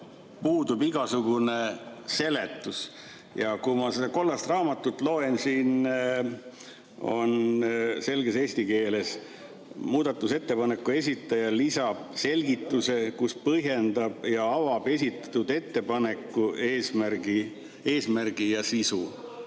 puudub igasugune seletus. Ma loen seda kollast raamatut, siin on selges eesti keeles öeldud: "Muudatusettepaneku esitaja lisab ka selgituse, kus põhjendab ja avab esitatud ettepaneku eesmärgi ja sisu."